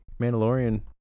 Mandalorian